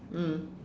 mm